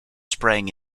sprang